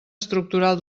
estructural